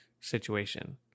situation